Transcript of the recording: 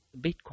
Bitcoin